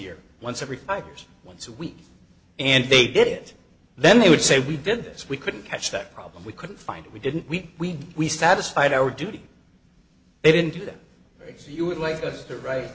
year once every five years once a week and they did it then they would say we did this we couldn't catch that problem we couldn't find we didn't we we satisfied our duty they didn't do that you would like